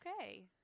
Okay